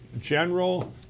General